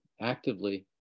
actively